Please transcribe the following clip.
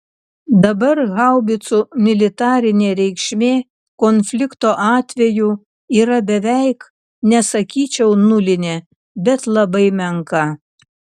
dabar haubicų militarinė reikšmė konflikto atveju yra beveik nesakyčiau nulinė bet labai menka